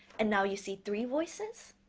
and now you see three voices